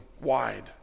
wide